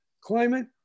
climate